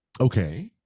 Okay